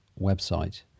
website